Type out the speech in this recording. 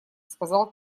сказал